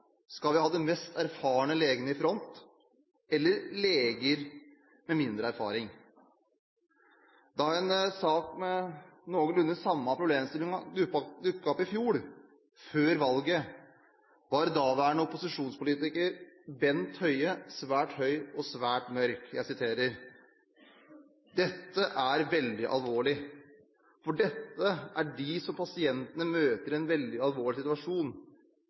Skal vi ha de mest erfarne legene i front, eller leger med mindre erfaring? Da en sak med noenlunde samme problemstilling dukket opp i fjor, før valget, var daværende opposisjonspolitiker Bent Høie svært høy og svært mørk. Jeg siterer: «Dette er veldig alvorlig. Fordi dette er de som pasientene møter i en veldig alvorlig situasjon